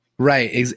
right